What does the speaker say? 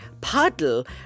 puddle